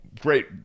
great